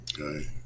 Okay